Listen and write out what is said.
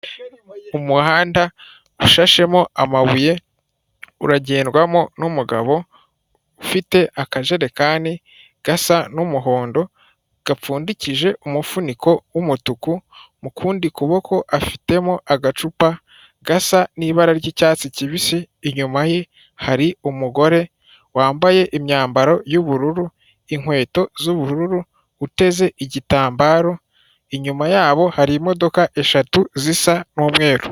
Umuhanda ushashemo amabuye uragendwamo n'umugabo ufite akajerekani gasa n'umuhondo gapfundikije umufuniko w'umutuku, mu kundi kuboko afitemo agacupa gasa n'ibara ry'icyatsi kibisi, inyuma ye hari umugore wambaye imyambaro y'ubururu, inkweto z'ubururu, uteze igitambaro, inyuma yabo hari imodoka eshatu zisa n'umweru.